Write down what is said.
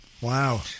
Wow